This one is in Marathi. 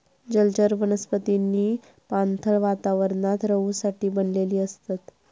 जलचर वनस्पतींनी पाणथळ वातावरणात रहूसाठी बनलेली असतत